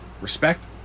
respect